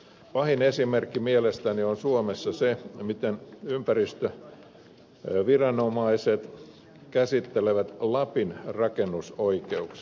pahin esimerkki mielestäni on suomessa se miten ympäristöviranomaiset käsittelevät lapin rakennusoikeuksia